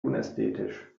unästhetisch